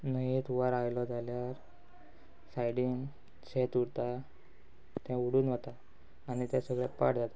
न्हंयेंत हुंवार आयलो जाल्यार सायडीन शेत उरता तें उडून वता आनी तें सगळें पाड जाता